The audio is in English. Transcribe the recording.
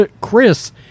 Chris